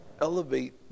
elevate